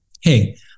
hey